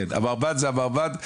המרב"ד זה המרב"ד.